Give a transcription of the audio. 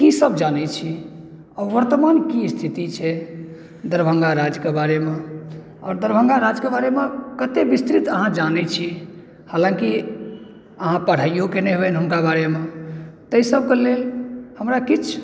की सभ जानै छी आ वर्तमानके की स्थिति छै दरभङ्गा राजके बारेमे आओर दरभङ्गा राजके बारेमे कतै विस्तृत अहाँ जानै छियै हलाँकी अहाँ पढाइयो कयने हेबै हुनका बारेमे ताहिसभक लेल हमरा किछु